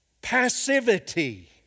passivity